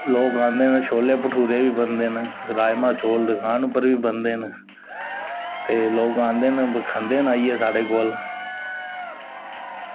लोग आंदे न छोले भठूरे बी बनदे न राजमांह् चौल दकान पर बी बनदे न ते लोग आंदे न ते खंदे न साढ़े कोल